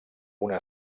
una